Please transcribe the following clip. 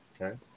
Okay